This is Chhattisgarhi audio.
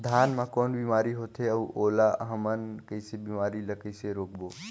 धान मा कौन बीमारी होथे अउ ओला हमन कइसे बीमारी ला कइसे रोकबो?